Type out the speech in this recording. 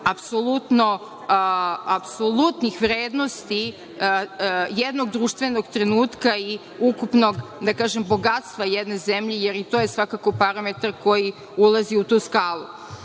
apsolutnih vrednosti jednog društvenog trenutka i ukupnog, da kažem, bogatstva jedne zemlje, jer je i to je svakako parametar koji ulazi u tu